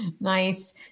Nice